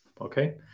Okay